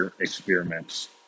experiments